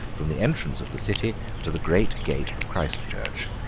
from the entrance of the city to the great gate of christ church.